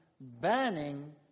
banning